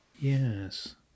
Yes